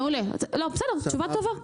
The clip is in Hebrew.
מעולה, תשובה טובה.